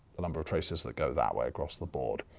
the number of traces that go that way across the board.